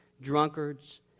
drunkards